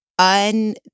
un